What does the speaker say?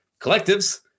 collectives